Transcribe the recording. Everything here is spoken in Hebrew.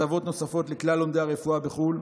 והטבות נוספות לכלל לומדי הרפואה בחו"ל.